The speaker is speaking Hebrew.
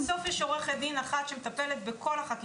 אבל המצב הוא שבסוף יש עורכת דין אחת שמטפלת בכל החקיקה.